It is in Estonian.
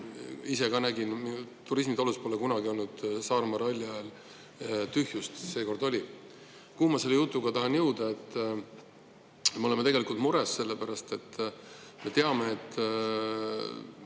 Ise ka nägin – turismitalus pole kunagi olnud Saaremaa ralli ajal tühjust, seekord oli. Kuhu ma selle jutuga tahan jõuda? Me oleme tegelikult mures, sellepärast et me teame, et